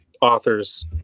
authors